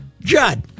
Judd